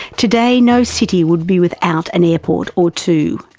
today no city would be without an airport or two.